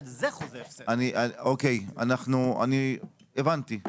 אוקיי, אנחנו, אני הבנתי.